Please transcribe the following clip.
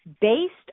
Based